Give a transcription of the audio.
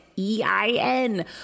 E-I-N